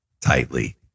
tightly